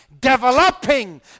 developing